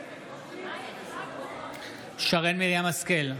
נגד שרן מרים השכל,